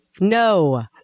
No